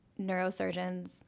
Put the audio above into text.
Neurosurgeons